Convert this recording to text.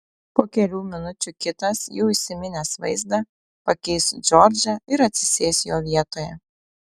po kelių minučių kitas jau įsiminęs vaizdą pakeis džordžą ir atsisės jo vietoje